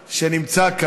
תודה.